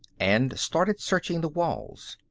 and started searching the walls.